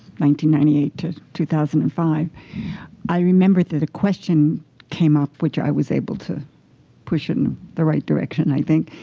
ninety ninety eight to two thousand and five i remember that a question came up, which i was able to push in the right direction, i think.